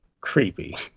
creepy